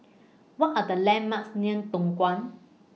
What Are The landmarks near Tongkang